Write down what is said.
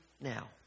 now